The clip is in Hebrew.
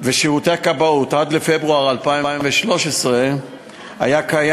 ושירותי הכבאות עד פברואר 2013 היה קיים